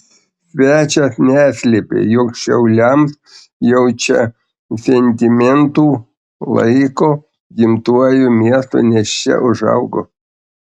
svečias neslėpė jog šiauliams jaučia sentimentų laiko gimtuoju miestu nes čia užaugo